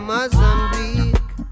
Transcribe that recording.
Mozambique